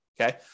okay